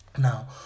now